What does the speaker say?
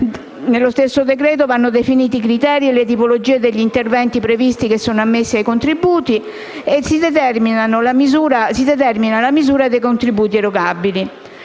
nello stesso decreto vanno definiti i criteri e le tipologie degli interventi previsti ammessi ai contributi e deve essere determinata la misura dei contributi erogabili.